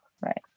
Right